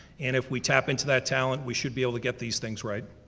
and if we tap into that talent, we should be able to get these things right.